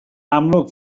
amlwg